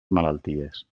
malalties